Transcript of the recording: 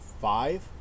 five